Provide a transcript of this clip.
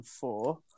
four